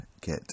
get